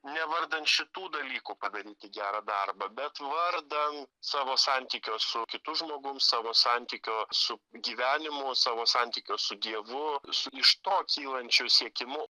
ne vardan šitų dalykų padaryti gerą darbą bet vardan savo santykio su kitu žmogum savo santykio su gyvenimu savo santykio su dievu su iš to kylančiu siekimu